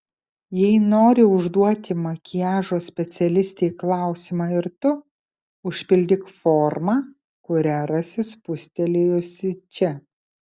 jei nori užduoti makiažo specialistei klausimą ir tu užpildyk formą kurią rasi spustelėjusi čia